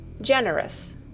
Generous